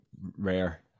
rare